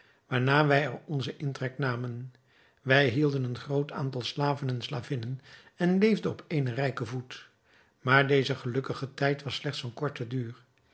waarna wij er onzen intrek namen wij hielden een groot aantal slaven en slavinnen en leefden op eenen rijken voet maar deze gelukkige tijd was slechts van korten duur